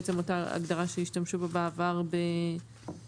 בעצם אותה הגדרה שהשתמשו בה בעבר במדיניות